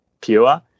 pure